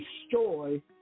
destroy